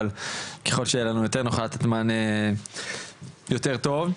אבל ככל שיהיה לנו יותר אנחנו נוכל לתת מענה יותר טוב,